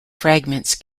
fragments